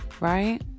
Right